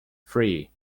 free